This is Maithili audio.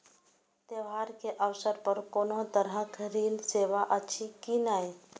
त्योहार के अवसर पर कोनो तरहक ऋण सेवा अछि कि नहिं?